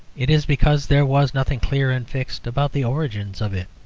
it is because there was nothing clear and fixed about the origins of it.